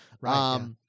Right